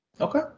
Okay